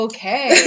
Okay